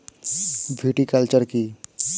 Viticulture কী?